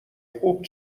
خوب